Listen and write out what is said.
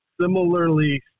similarly